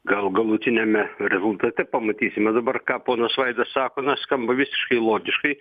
gal galutiniame rezultate pamatysime dabar ką ponas vaidas sako na skamba visiškai logiškai